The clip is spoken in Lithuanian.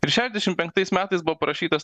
ir šešiasdešimt penktais metais buvo parašytas